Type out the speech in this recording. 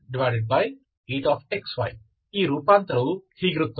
ಈ ರೂಪಾಂತರವು ಹೀಗಿರುತ್ತದೆ